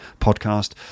podcast